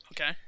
Okay